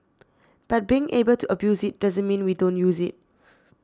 but being able to abuse it doesn't mean we don't use it